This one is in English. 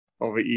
over